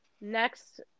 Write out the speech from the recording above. next